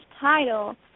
title